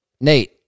Nate